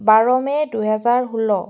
বাৰ May দুহেজাৰ ষোল্ল